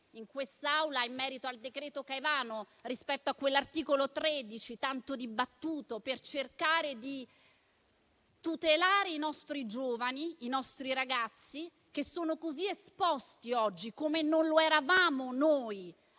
in quest'Aula in merito al decreto Caivano, rispetto a quell'articolo 13 tanto dibattuto, per cercare di tutelare i nostri giovani, i nostri ragazzi, che sono così esposti oggi, come non lo eravamo noi,